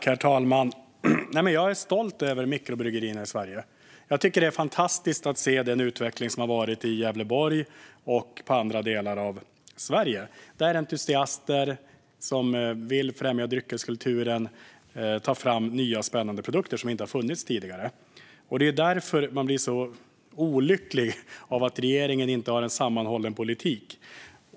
Herr talman! Jag är stolt över mikrobryggerierna i Sverige. Jag tycker att det är fantastiskt att se på utvecklingen som har skett i Gävleborg och i andra delar av Sverige. Entusiaster som vill främja dryckeskulturen tar fram nya spännande produkter som tidigare inte har funnits. Av detta skäl blir jag så olycklig över att regeringen inte har en sammanhållen politik.